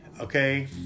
okay